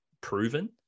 proven